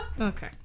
Okay